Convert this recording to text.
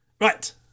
right